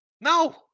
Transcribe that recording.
No